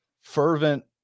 fervent